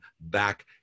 back